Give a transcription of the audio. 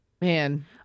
man